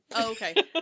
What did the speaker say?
okay